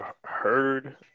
heard